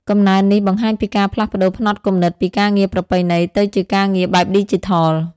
កំណើននេះបង្ហាញពីការផ្លាស់ប្តូរផ្នត់គំនិតពីការងារប្រពៃណីទៅជាការងារបែបឌីជីថល។